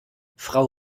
frau